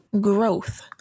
Growth